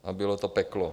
A bylo to peklo.